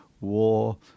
war